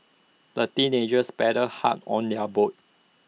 the teenagers paddled hard on their boat